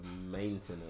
maintenance